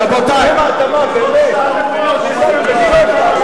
רבותי, אני ממשיך.